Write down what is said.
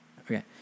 Okay